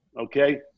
Okay